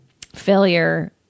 failure